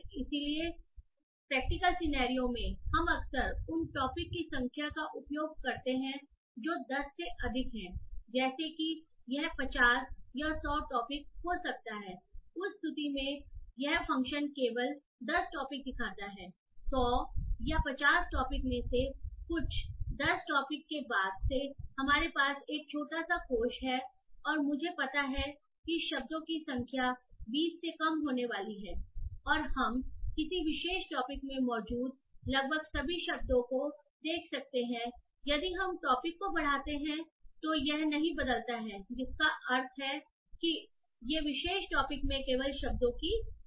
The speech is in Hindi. इसलिए प्रैक्टिकल सिनेरियो में हम अक्सर उन टॉपिक की संख्या का उपयोग करते हैं जो 10 से अधिक हैं जैसे कि यह 50 या 100 टॉपिक हो सकता है उस स्थिति में यह फ़ंक्शन केवल 10 टॉपिक दिखाता है100 या 50 टॉपिक में से कुछ 10 टॉपिक के बाद से हमारे पास एक छोटा सा कोष है और मुझे पता है कि शब्दों की संख्या 20 से कम होने वाली हैऔर मैं सिर्फ शब्दों की पैरामीटर संख्या जोड़ता हूं क्योंकि शब्दों की अरगुमेंट संख्या 20 के बराबर है और हम किसी विशेष टॉपिक में मौजूद लगभग सभी शब्दों को पा सकते हैं यदि हम टॉपिक को बढ़ाते हैं तो यह नहीं बदलता है जिसका अर्थ है कि ये उस विशेष टॉपिक में केवल शब्दों की संख्या है